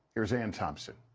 here's ann thompson.